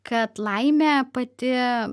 kad laimė pati